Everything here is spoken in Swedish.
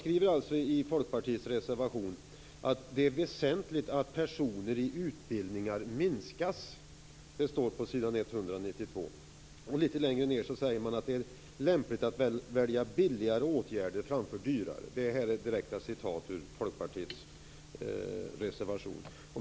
Det står i Folkpartiets reservation att det är "- väsentligt att antalet personer i utbildningar minskas -". Det står på s. 192. Litet längre ned säger man att det är "- lämpligt välja billigare åtgärder framför dyrare -". Detta är direkta citat ur Folkpartiets reservation.